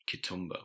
Kitumba